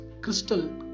crystal